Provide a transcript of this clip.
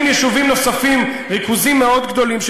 הלוואי,